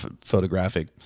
photographic